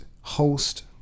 host